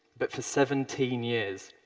but for seventeen years.